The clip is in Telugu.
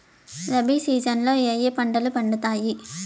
రబి సీజన్ లో ఏ ఏ పంటలు పండుతాయి